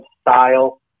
style